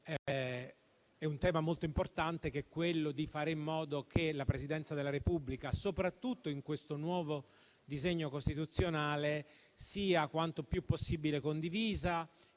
è un tema molto importante, ossia fare in modo che la scelta del Presidente della Repubblica, soprattutto in questo nuovo disegno costituzionale, sia quanto più possibile condivisa;